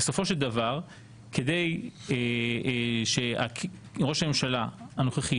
בסופו של דבר כדי שראש הממשלה הנוכחי,